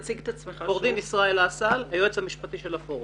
עורך דין ישראל אסל, היועץ המשפטי של הפורום.